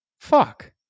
Fuck